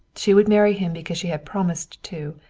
she would marry him because she had promised to,